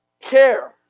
care